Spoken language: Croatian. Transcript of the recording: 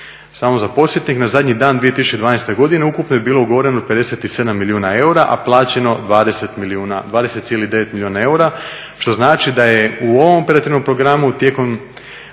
Samo za podsjetnik, na zadnji dan 2012. godine ukupno je bilo ugovoreno 57 milijuna eura, a plaćeno 20,9 milijuna eura, što znači da je u ovom … programu tijekom